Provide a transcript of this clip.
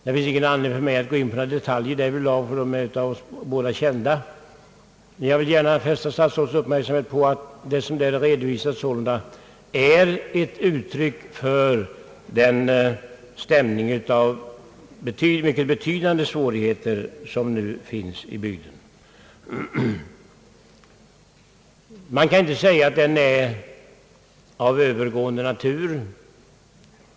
Det finns ingen anledning för mig att gå in på detaljer därvidlag, ty de är av oss båda kända, men jag vill gärna fästa statsrådets uppmärksamhet på att vad som där redovisats är ett uttryck för de mycket betydande svårigheter som nu råder i bygden och som inte kan sägas vara av övergående natur.